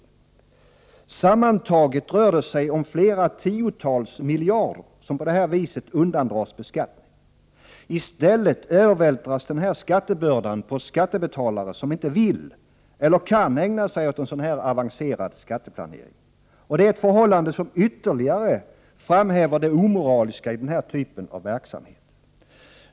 131 Sammantaget rör det sig om tiotals miljarder som på detta vis undandras beskattning. I stället övervältras denna skattebörda på skattebetalare som inte vill eller kan ägna sig åt en sådan avancerad skatteplanering, ett förhållande som ytterligare framhäver det omoraliska i denna typ av verksamhet.